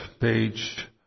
page